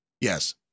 yes